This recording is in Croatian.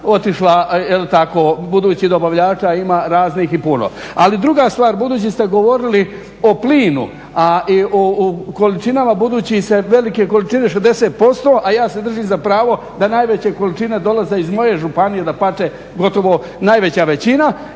tako budući da dobavlja ima raznih i puno. Ali druga stvar, budući ste govorili o plinu, a i o količinama budući se velike količine 60%, a ja se držim za pravo da najveće količine dolaze iz moje županije dapače gotovo najveća većina